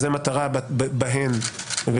אני